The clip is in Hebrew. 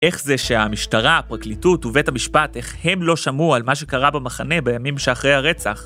‫איך זה שהמשטרה, הפרקליטות ‫ובית המשפט, ‫איך הם לא שמעו על מה שקרה במחנה ‫בימים שאחרי הרצח?